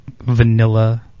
vanilla